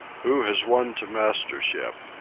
who has won to mastership